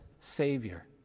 savior